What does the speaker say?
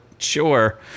sure